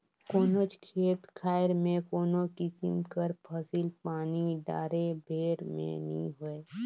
कोनोच खेत खाएर में कोनो किसिम कर फसिल पानी डाले भेर में नी होए